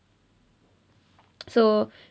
so